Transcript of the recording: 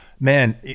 man